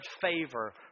favor